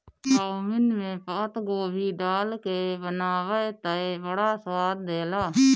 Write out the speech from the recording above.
chowmein में पातगोभी डाल के बनावअ तअ बड़ा स्वाद देला